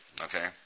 Okay